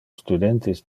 studentes